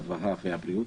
הרווחה והבריאות,